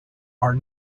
are